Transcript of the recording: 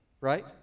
right